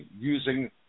using